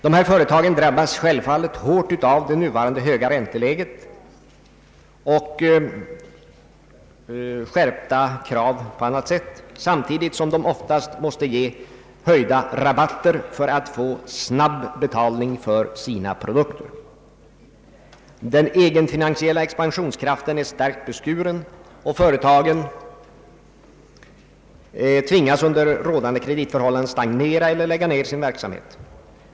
Dessa företag drabbas självfallet hårt av det nuvarande höga ränteläget och av skärpta krav på annat sätt, samtidigt som de oftast måste ge höjda rabatter för att få snabb betalning för sina produkter. Den egenfinansiella expansionskraften är starkt beskuren, och företagen tvingas under rådande kreditförhållanden stagnera eller lägga ned sin verksamhet.